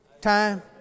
time